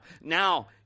Now